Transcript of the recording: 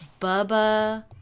bubba